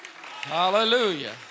Hallelujah